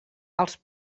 als